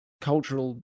cultural